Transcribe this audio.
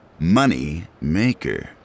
Moneymaker